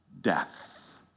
death